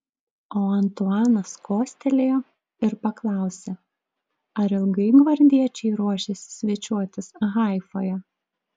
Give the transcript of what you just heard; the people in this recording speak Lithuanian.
o antuanas kostelėjo ir paklausė ar ilgai gvardiečiai ruošiasi svečiuotis haifoje